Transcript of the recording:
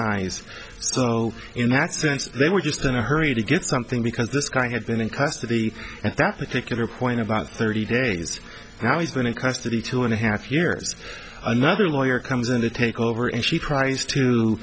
nuys so in that sense they were just in a hurry to get something because this guy had been in custody and that's the ticket or point of about thirty days now he's been in custody two and a half years another lawyer comes in to take over and she tries to